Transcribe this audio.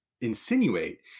insinuate